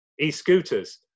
e-scooters